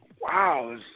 wow